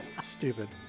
Stupid